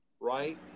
right